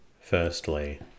Firstly